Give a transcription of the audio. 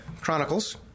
Chronicles